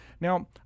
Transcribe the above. Now